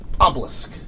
Obelisk